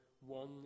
one